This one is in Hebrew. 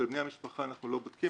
של בני המשפחה אנחנו לא בודקים,